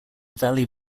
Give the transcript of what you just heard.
valley